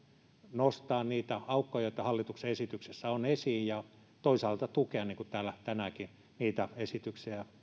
nostaa niitä aukkoja joita hallituksen esityksessä on esiin ja toisaalta tukea niin kuin täällä tänäänkin niitä esityksiä